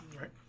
right